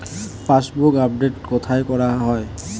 Passbook update কোথায় করা হয়?